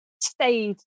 stayed